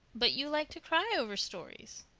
but you like to cry over stories?